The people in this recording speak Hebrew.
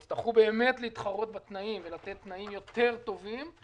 יצטרכו באמת להתחרות בתנאים ולתת תנאים טובים יותר.